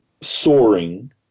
soaring